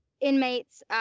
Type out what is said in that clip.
inmates